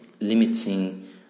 limiting